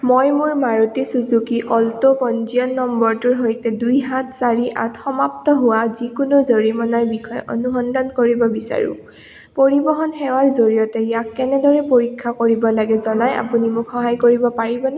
মই মোৰ Maruti Suzuki Alto পঞ্জীয়ন নম্বৰটোৰ সৈতে দুই সাত চাৰি আঠ সমাপ্ত হোৱা যিকোনো জৰিমনাৰ বিষয়ে অনুসন্ধান কৰিব বিচাৰোঁ পৰিবহণ সেৱাৰ জৰিয়তে ইয়াক কেনেদৰে পৰীক্ষা কৰিব লাগে জনাই আপুনি মোক সহায় কৰিব পাৰিবনে